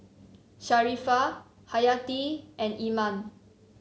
Sharifah Hayati and Iman